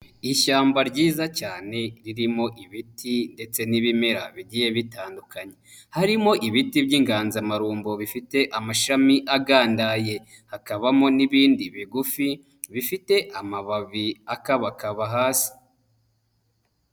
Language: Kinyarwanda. Ishyamba ryiza cyane ririmo ibiti ndetse n'ibimera bigiye bitandukanye. Harimo ibiti by'inganzamarumbo bifite amashami agandaye, hakabamo n'ibindi bigufi bifite amababi akabakaba hasi.